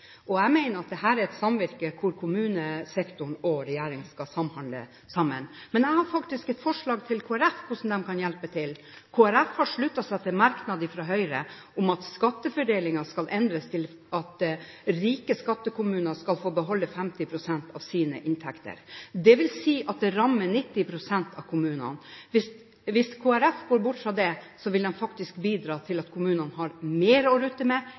og jeg mener at dette er et samvirke hvor kommunesektoren og regjeringen skal samhandle sammen. Jeg har faktisk et forslag til Kristelig Folkeparti om hvordan de kan hjelpe til: Kristelig Folkeparti har sluttet seg til en merknad fra Høyre om at skattefordelingen skal endres til at rike skattekommuner skal få beholde 50 pst. av sine inntekter. Dette vil ramme 90 pst. av kommunene. Hvis Kristelig Folkeparti går bort fra dette, vil de faktisk bidra til at kommunene har mer å rutte med,